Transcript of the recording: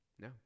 No